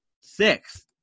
Six